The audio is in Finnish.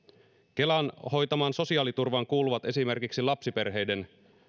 kelan hoitamaan sosiaaliturvaan kuuluvat esimerkiksi lapsiperheiden